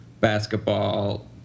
basketball